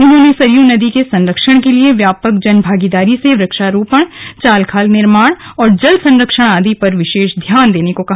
उन्होंने सरयू नदी के संरक्षण के लिए व्यापक जनभागीदारी से वृक्षारोपण चाल खाल निर्माण और जल सरंक्षण आदि पर विशेष ध्यान देने को कहा